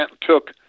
took